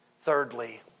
Thirdly